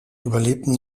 überlebten